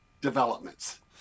developments